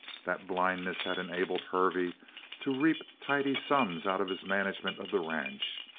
that blindness had enabled hervey to reap tidy sums out of his management of the ranch,